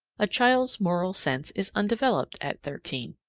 a child's moral sense is undeveloped at thirteen.